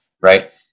right